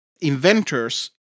inventors